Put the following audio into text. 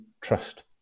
trust